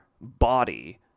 body